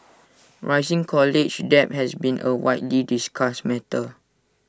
rising college debt has been A widely discussed matter